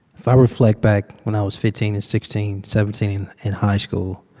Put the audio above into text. if i reflect back when i was fifteen and sixteen, seventeen in high school,